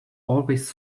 always